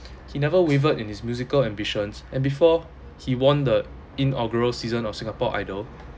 he never wavered in his musical ambitions and before he won the inaugural season of singapore idol